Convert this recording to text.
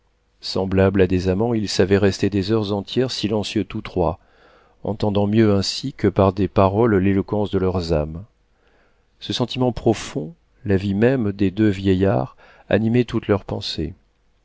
semblable à des amants ils savaient rester des heures entières silencieux tous trois entendant mieux ainsi que par des paroles l'éloquence de leurs âmes ce sentiment profond la vie même des deux vieillards animait toutes leurs pensées